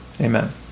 Amen